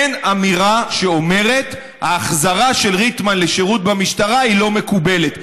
אין אמירה שאומרת: ההחזרה של ריטמן לשירות במשטרה היא לא מקובלת.